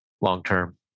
long-term